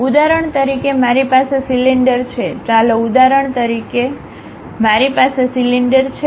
ઉદાહરણ તરીકે મારી પાસે સિલિન્ડર છે ચાલો ઉદાહરણ તરીકે મારી પાસે સિલિન્ડર છે